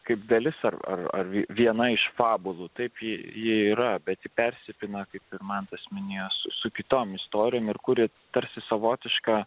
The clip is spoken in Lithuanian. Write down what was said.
kaip dalis ar viena iš fabulų taip yra bet persipina kaip pirmąsias minės su kitom istorijom ir kuri tarsi savotiška